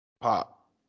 Pop